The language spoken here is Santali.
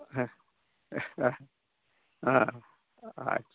ᱟᱪᱪᱷᱟ